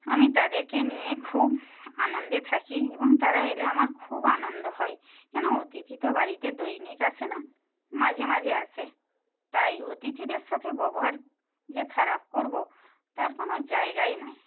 আমি তাদেরকে নিয়ে খুব আনন্দে থাকি এবং তারা এলে আমার খুব আনন্দ হয় কেন অতিথি তো বাড়িতে দৈনিক আসে না মাঝে মাঝে আসে তাই অতিথিদের সাথে ব্যবহার যে খারাপ করব তার কোনো জায়গাই নেই